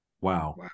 wow